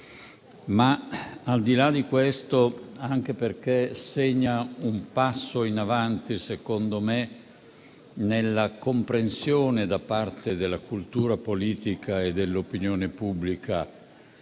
Ma, al di là di questo, segna un passo in avanti - secondo me - nella comprensione da parte della cultura politica e dell'opinione pubblica